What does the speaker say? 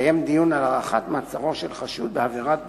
לקיים דיון על הארכת מעצרו של חשוד בעבירת ביטחון,